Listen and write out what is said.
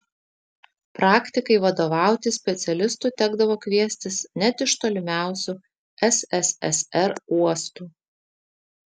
praktikai vadovauti specialistų tekdavo kviestis net iš tolimiausių sssr uostų